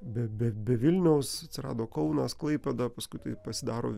be be be vilniaus atsirado kaunas klaipėda paskui tai pasidaro